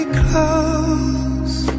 close